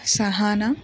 ಸಹನ